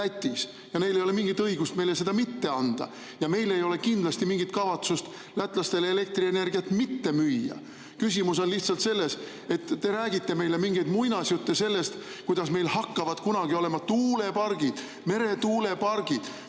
ja neil ei ole mingit õigust meile seda mitte anda. Meil ei ole kindlasti mingit kavatsust lätlastele elektrienergiat mitte müüa. Küsimus on lihtsalt selles, et te räägite meile mingeid muinasjutte sellest, kuidas meil hakkavad kunagi olema tuulepargid, meretuulepargid,